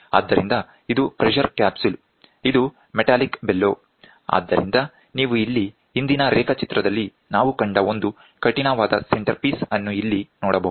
ಆದ್ದರಿಂದ ಇದು pressure capsule ಇದು ಮೆಟಾಲಿಕ್ ಬೆಲೋ ಆದ್ದರಿಂದ ನೀವು ಇಲ್ಲಿ ಹಿಂದಿನ ರೇಖಾಚಿತ್ರದಲ್ಲಿ ನಾವು ಕಂಡ ಒಂದು ಕಠಿಣವಾದ ಸೆಂಟರ್ಪೀಸ್ ಅನ್ನು ಇಲ್ಲಿ ನೋಡಬಹುದು